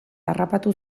harrapatu